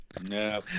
No